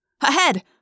Ahead